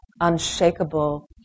unshakable